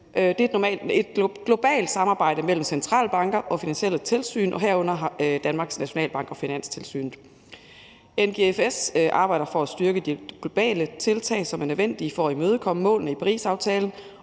Det er et globalt samarbejde mellem centralbanker og finansielle tilsyn, herunder Danmarks Nationalbank og Finanstilsynet. NGFS arbejder for at styrke de globale tiltag, som er nødvendige for at imødekomme målene i Parisaftalen